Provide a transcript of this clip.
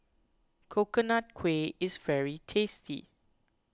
Coconut Kuih is very tasty